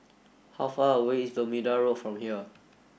how far away is Bermuda Road from here